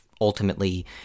ultimately